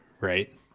Right